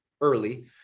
early